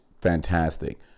fantastic